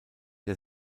der